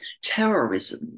terrorism